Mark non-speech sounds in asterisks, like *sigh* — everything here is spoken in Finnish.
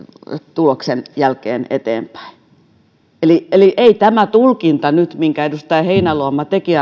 tuloksen jälkeen eli ei tämä tulkinta minkä edustaja heinäluoma teki *unintelligible*